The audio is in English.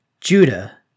Judah